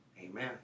amen